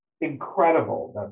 Incredible